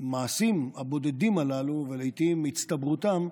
המעשים הבודדים הללו, ולעיתים הצטברותם,